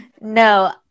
no